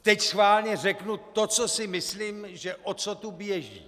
Teď schválně řeknu to, co si myslím, o co tu běží.